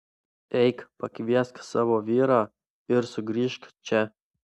eik pakviesk savo vyrą ir sugrįžk čia